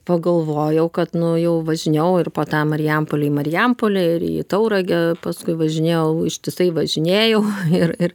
pagalvojau kad nu jau važinėjau ir po tą marijampolėj marijampolę ir į tauragę paskui važinėjau ištisai važinėjau ir ir